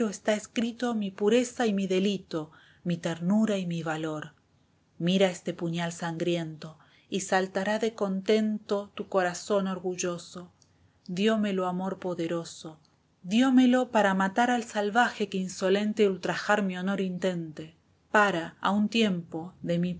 está escrito esteban echeveeeía mi pureza y mi delito mi ternura y mi valor mira este puñal sangriento y saltará de contento tu corazón orgulloso diómele amor poderoso diómelo para matar al salvaje que insolente ultrajar mi honor intente para a un tiempo de mi